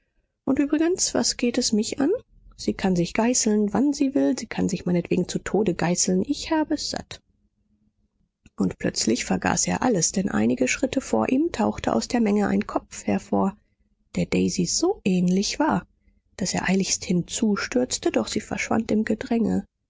und übrigens was geht es mich an sie kann sich geißeln wann sie will sie kann sich meinetwegen zu tode geißeln ich habe es satt und plötzlich vergaß er alles denn einige schritte vor ihm tauchte aus der menge ein kopf hervor der daisy so ähnlich war daß er eiligst hinzustürzte doch sie verschwand im gedränge